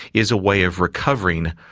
is a way of recovering,